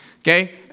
Okay